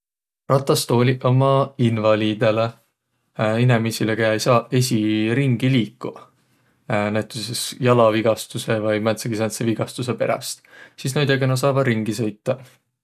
Ratastooliq ummaq invaliidõlõ, inemiisilõ kiä ei saaq esiq ringi liikuq. Näütüses jalavigastusõ vai määndsegi sääntse vigastusõ peräst. Sis näidega saavaq ringi sõitaq.